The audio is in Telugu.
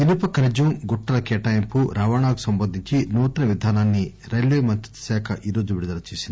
ఇనుప ఖనిజం గుట్టల కేటాయింపు రవాణాకు సంబంధించి నూతన విధానాన్ని రైల్వే మంత్రిత్వ శాఖ ఈ రోజు విడుదల చేసింది